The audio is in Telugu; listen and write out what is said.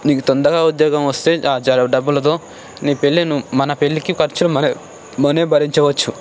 నీకు తొందరగా ఉద్యోగం వస్తే చాలు డబ్బులతో నీ పెళ్ళికి మన పెళ్ళికి ఖర్చు మనమే భరించవచ్చు